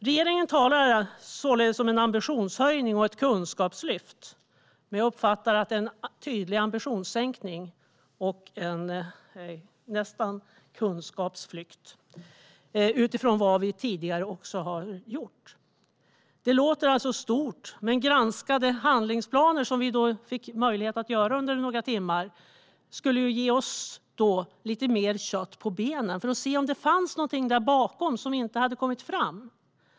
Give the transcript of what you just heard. Regeringen talar således om en ambitionshöjning och ett kunskapslyft, men jag uppfattar en tydlig ambitionssänkning och nästan kunskapsflykt utifrån vad vi tidigare har gjort. Det låter stort, men vi fick möjlighet att granska handlingsplanerna under några timmar. Det skulle ge oss lite mer kött på benen för att se om det fanns något där bakom som inte hade kommit fram.